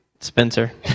Spencer